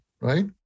right